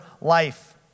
life